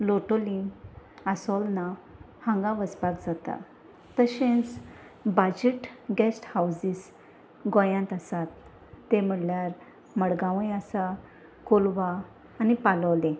लोटली असोळण्यां हांगा वचपाक जाता तशेंच बाजट गॅस्ट हावझीस गोंयांत आसात ते म्हणल्यार मडगांवय आसा कोलवा आनी पाळोळ्ळें